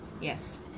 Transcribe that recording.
Yes